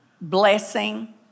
blessing